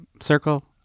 Circle